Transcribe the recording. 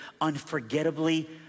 unforgettably